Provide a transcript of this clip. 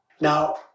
Now